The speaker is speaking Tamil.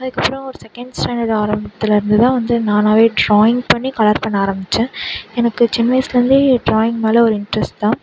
அதுக்கப்புறம் செகண்ட் ஸ்டாண்டர்ட் ஆரம்பத்துலேருந்துதான் வந்து நானாகவே டிராயிங் பண்ணி கலர் பண்ண ஆரம்பித்தேன் எனக்கு சின்ன வயசுலேருந்தே டிராயிங் மேல் ஒரு இன்ட்ரெஸ்ட் தான்